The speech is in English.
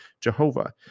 Jehovah